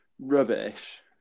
rubbish